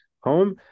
home